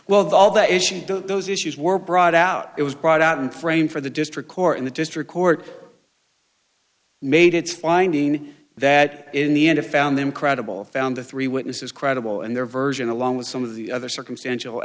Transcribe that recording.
the all the issues those issues were brought out it was brought out in frame for the district court in the district court made its finding that in the end of found them credible found the three witnesses credible and their version along with some of the other circumstantial